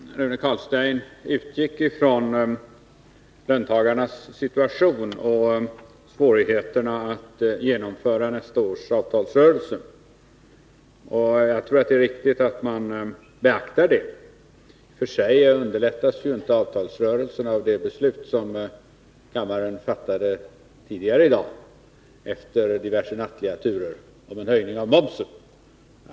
Herr talman! Rune Carlstein utgick från löntagarnas situation och svårigheterna att genomföra nästa års avtalsrörelse. Jag tror det är riktigt att man beaktar dessa förhållanden. I och för sig underlättas dock inte avtalsrörelsen av det beslut om en höjning av momsen som kammaren fattade tidigare i dag efter diverse nattliga turer.